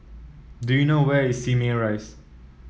do you know where is Simei Rise